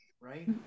right